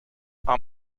are